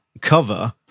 cover